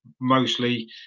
mostly